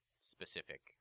specific